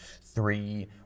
three